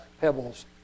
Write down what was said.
pebbles